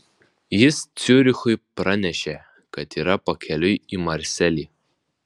jis ciurichui pranešė kad yra pakeliui į marselį